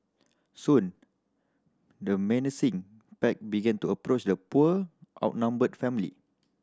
soon the menacing pack began to approach the poor outnumbered family